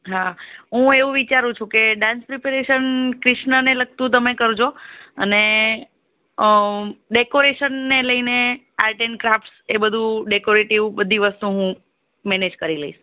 હા હું એવું વિચારું છું કે ડાન્સ પ્રીપેરેશન ક્રિષ્ણને લગતું તમે કરજો અને ડેકોરેશનને લઈને આર્ટ ઍન્ડ ક્રાફ્ટ્સ એ બધું ડેકોરેટિવ બધી વસ્તુ હું મેનેજ કરી લઇશ